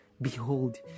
Behold